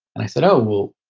and i said, oh, well,